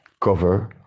cover